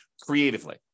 creatively